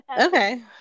Okay